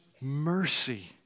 mercy